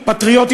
פטריוטי,